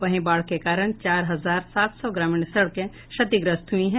वहीं बाढ़ के कारण चार हजार सात सौ ग्रामीण सड़कें क्षतिग्रस्त हुई हैं